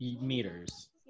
meters